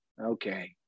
okay